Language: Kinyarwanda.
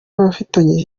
abafitanye